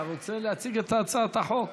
אתה רוצה להציג את הצעת החוק?